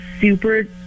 super